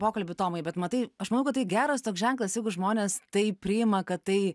pokalbį tomai bet matai aš manau kad tai geras toks ženklas jeigu žmonės tai priima kad tai